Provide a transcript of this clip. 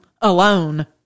alone